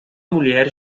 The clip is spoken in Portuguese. mulher